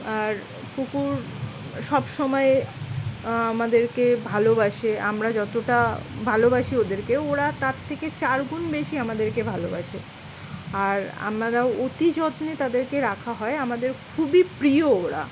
আর কুকুর সব সময় আমাদেরকে ভালোবাসে আমরা যতটা ভালোবাসি ওদেরকে ওরা তার থেকে চার গুণ বেশি আমাদেরকে ভালোবাসে আর আমরা অতি যত্নে তাদেরকে রাখা হয় আমাদের খুবই প্রিয় ওরা